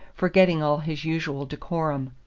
forgetting all his usual decorum.